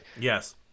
Yes